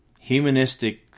Humanistic